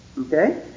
Okay